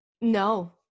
No